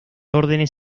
órdenes